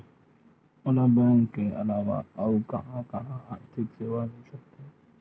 मोला बैंक के अलावा आऊ कहां कहा आर्थिक सेवा मिल सकथे?